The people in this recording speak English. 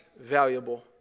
valuable